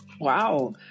Wow